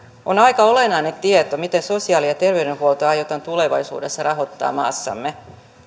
on aika olennainen tieto miten sosiaali ja terveydenhuolto aiotaan tulevaisuudessa rahoittaa maassamme